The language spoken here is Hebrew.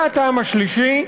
והטעם השלישי,